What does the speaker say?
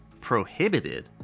prohibited